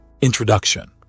Introduction